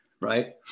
right